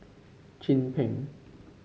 Chin Peng